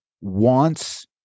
wants